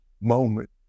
moment